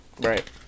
Right